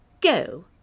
Go